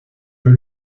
peu